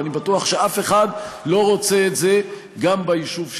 ואני בטוח שאף אחד לא רוצה את זה גם ביישוב שלו.